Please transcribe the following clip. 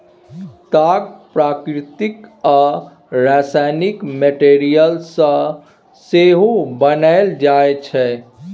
ताग प्राकृतिक आ रासायनिक मैटीरियल सँ सेहो बनाएल जाइ छै